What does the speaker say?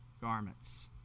garments